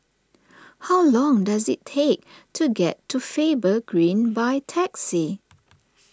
how long does it take to get to Faber Green by taxi